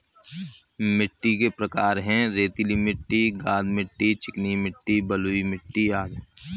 मिट्टी के प्रकार हैं, रेतीली मिट्टी, गाद मिट्टी, चिकनी मिट्टी, बलुई मिट्टी अदि